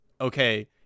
Okay